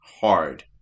hard